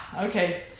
Okay